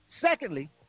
Secondly